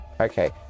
Okay